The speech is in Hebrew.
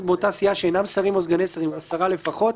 באותה סיעה שאינם שרים או סגני שרים הוא עשרה לפחות,